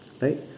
right